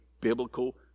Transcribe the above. biblical